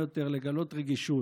לגלות רגישות?